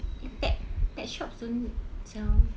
pet pet shops don't sell